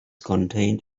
contained